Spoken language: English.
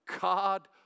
God